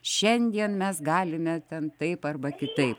šiandien mes galime ten taip arba kitaip